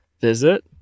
visit